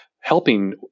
helping